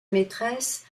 maîtresse